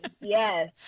Yes